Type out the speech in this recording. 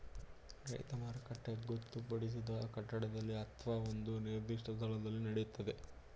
ರೈತ ಮಾರುಕಟ್ಟೆ ಗೊತ್ತುಪಡಿಸಿದ ಕಟ್ಟಡದಲ್ಲಿ ಅತ್ವ ಒಂದು ನಿರ್ದಿಷ್ಟ ಸ್ಥಳದಲ್ಲಿ ನಡೆಯುತ್ತೆ